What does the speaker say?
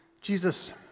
Jesus